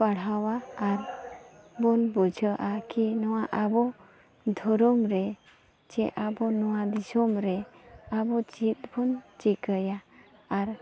ᱯᱟᱲᱦᱟᱣᱟ ᱟᱨ ᱵᱚᱱ ᱵᱩᱡᱷᱟᱹᱜᱼᱟ ᱠᱤ ᱱᱚᱣᱟ ᱟᱵᱚ ᱫᱷᱚᱨᱚᱢᱨᱮ ᱪᱮ ᱟᱵᱚ ᱱᱚᱣᱟ ᱫᱤᱥᱚᱢᱨᱮ ᱟᱵᱚ ᱪᱮᱫ ᱵᱚᱱ ᱪᱤᱠᱟᱹᱭᱟ ᱟᱨ